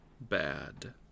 bad